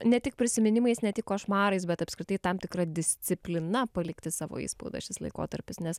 ne tik prisiminimais ne tik košmarais bet apskritai tam tikra disciplina palikti savo įspaudą šis laikotarpis nes